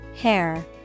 hair